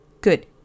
Good